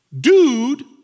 dude